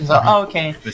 okay